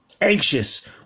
Anxious